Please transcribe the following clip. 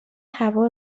هوا